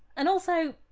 and also,